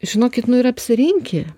žinokit nu ir apsirinki